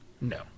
No